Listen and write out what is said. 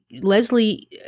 Leslie